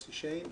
יוסי שיין,